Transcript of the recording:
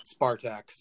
Spartax